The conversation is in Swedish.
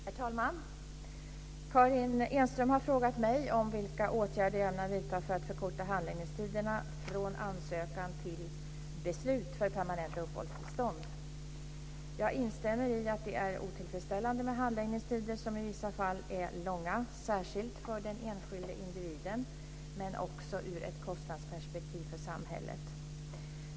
Herr talman! Karin Enström har frågat mig om vilka åtgärder jag ämnar vidta för att förkorta handläggningstiderna från ansökan till beslut för permanent uppehållstillstånd. Jag instämmer i att det är otillfredsställande med handläggningstider som i vissa fall är långa, särskilt för den enskilde individen men också ur ett kostnadsperspektiv för samhället.